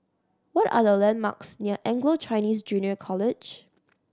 what are the landmarks near Anglo Chinese Junior College